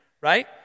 right